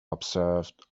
observed